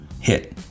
Hit